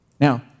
Now